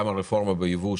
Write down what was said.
גם הרפורמה בייבוא,